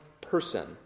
person